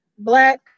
Black